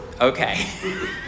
Okay